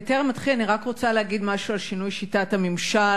בטרם אתחיל אני רק רוצה להגיד משהו על שינוי שיטת הממשל,